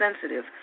sensitive